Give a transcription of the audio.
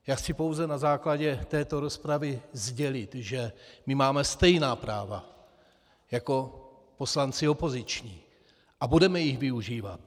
Já chci pouze na základě této rozpravy sdělit, že my máme stejná práva jako poslanci opoziční a budeme jich využívat.